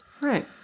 Right